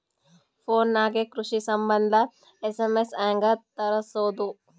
Phone ನಾಗೆ ಕೃಷಿ ಸಂಬಂಧ ಎಸ್.ಎಮ್.ಎಸ್ ಹೆಂಗ ತರಸೊದ?